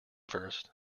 first